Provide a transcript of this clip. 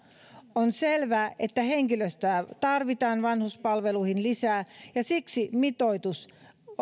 on selvää että henkilöstöä tarvitaan vanhuspalveluihin lisää ja siksi mitoitus